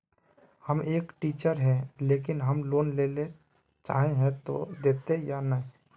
हम एक टीचर है लेकिन हम लोन लेले चाहे है ते देते या नय?